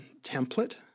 template